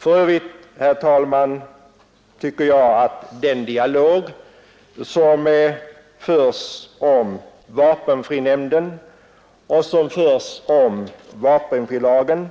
För övrigt, herr talman, tycker jag att den dialog som förs om vapenfrinämnden och om vapenfrilagen